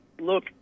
Look